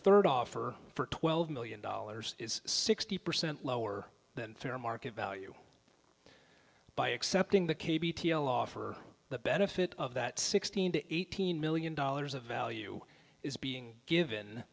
third offer for twelve million dollars is sixty percent lower than fair market value by accepting the case for the benefit of that sixteen to eighteen million dollars of value is being given